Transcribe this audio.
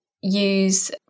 use